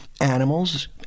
animals